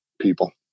people